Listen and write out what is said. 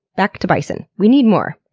back to bison. we need more.